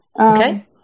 Okay